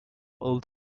all